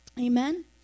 Amen